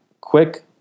quick